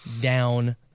down